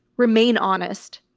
remain honest,